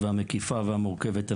מקיפה ומורכבת.